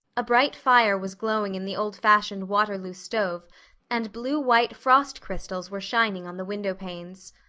a bright fire was glowing in the old-fashioned waterloo stove and blue-white frost crystals were shining on the windowpanes.